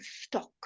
stock